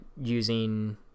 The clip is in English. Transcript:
using